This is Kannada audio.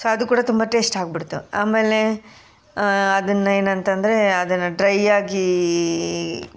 ಸೊ ಅದು ಕೂಡ ತುಂಬ ಟೇಸ್ಟ್ ಆಗಿಬಿಡ್ತು ಆಮೇಲೆ ಅದನ್ನು ಏನಂತಂದರೆ ಅದನ್ನು ಡ್ರೈ ಆಗಿ